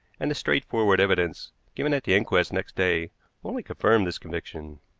and the straightforward evidence given at the inquest next day only confirmed this conviction.